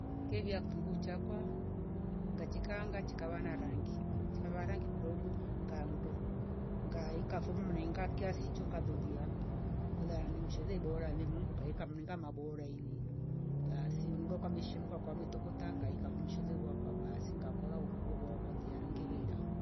Ngelia kitungu chakwa ngachi kaanga chikawa na rangi chava rangi kidoko ngamdo, ngaika fo mringa kiasi cho ngalolia kola ni mshele bora nimu kaeka mninga mabora iwi, basi mno kameshemka kametokota ngaika vum mshele wakwa basi ngakora ubwabwa wakua tayari ngelela